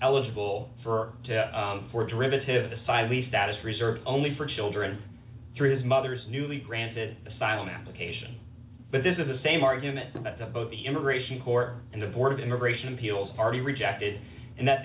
eligible for for derivative decidedly status reserved only for children through his mother's newly granted asylum application but this is the same argument that the immigration court and the board of immigration appeals are the rejected and that